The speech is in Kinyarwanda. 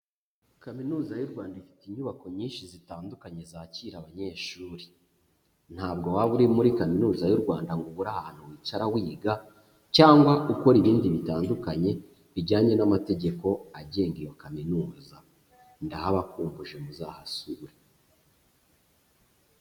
Kaminuza y'u Rwanda ifite inyubako nyinshi zitandukanye zakira abanyeshuri, ntabwo waba uri muri Kaminuza y'u Rwanda ngo ubure ahantu wicara wiga cyangwa ukora ibindi bitandukanye bijyanye n'amategeko agenga iyo kaminuza, ndahabakumbuje muzahasure.